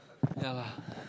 ya lah